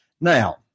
Now